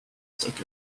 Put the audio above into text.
stuck